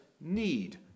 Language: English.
need